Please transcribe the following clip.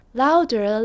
louder